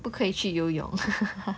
不可以去游泳